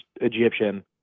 Egyptian